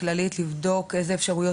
בשירותי בריאות כללית כדי לבדוק איזה אפשרויות